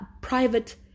private